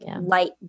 light